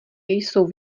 jsou